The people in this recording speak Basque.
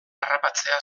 harrapatzea